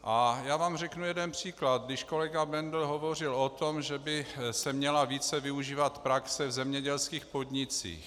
A já vám řeknu jeden příklad, když kolega Bendl hovořil o tom, že by se měla více využívat praxe v zemědělských podnicích.